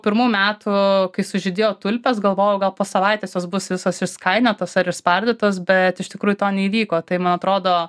pirmų metų kai sužydėjo tulpės galvojau gal po savaitės jos bus visos ir išskainiotos ar išspardytos bet iš tikrųjų to neįvyko tai man atrodo